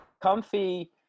Comfy